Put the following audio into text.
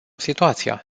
situația